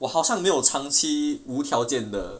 我好像没有长期无条件的